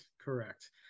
correct